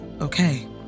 okay